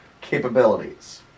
capabilities